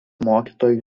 mokytojų